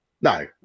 No